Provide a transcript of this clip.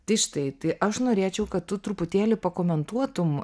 tai štai aš norėčiau kad tu truputėlį pakomentuotum